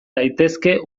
daitezke